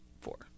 four